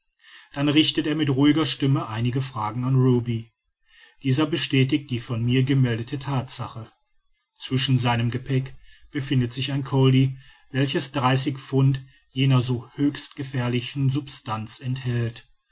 dann richtet er mit ruhiger stimme einige fragen an ruby dieser bestätigt die von mir gemeldete thatsache zwischen seinem gepäck befindet sich ein colli welches dreißig pfund jener so höchst gefährlichen substanz enthält